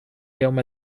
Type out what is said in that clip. يوم